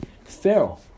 Pharaoh